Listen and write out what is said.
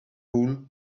wool